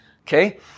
Okay